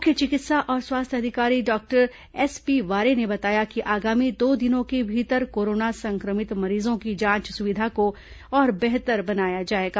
मुख्य चिकित्सा और स्वास्थ्य अधिकारी डॉक्टर एसपी वारे ने बताया कि आगामी दो दिनों के भीतर कोरोना संक्रमित मरीजों की जांच की सुविधा को और बेहतर बनाया जाएगा